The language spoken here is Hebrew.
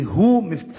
כי הוא מבצרך.